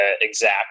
exact